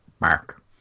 mark